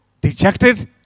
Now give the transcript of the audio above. dejected